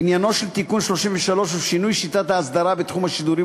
עניינו של תיקון 33 הוא שינוי שיטת האסדרה בתחום השידורים